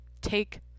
take